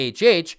HH